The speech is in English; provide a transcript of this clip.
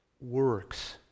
works